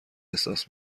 احساس